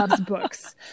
books